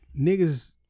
niggas